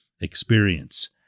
experience